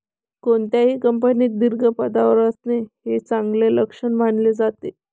कोणत्याही कंपनीत दीर्घ पदावर असणे हे चांगले लक्षण मानले जाते